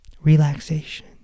Relaxation